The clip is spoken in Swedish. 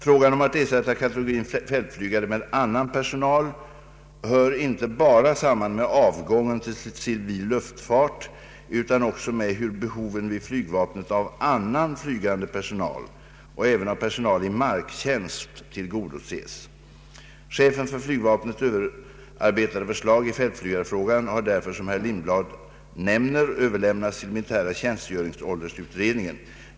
Frågan om att ersätta kategorin fältflygare med annan personal hör inte bara samman med avgången till civil luftfart utan också med hur behoven vid flygvapnet av annan flygande personal och även av personal i marktjänst tillgodoses. Chefens för flygvapnet överarbetade förslag i fältflygarfrågan har därför som herr Lindblad nämner överlämnats till militära tjänstgöringsåldersutredningen.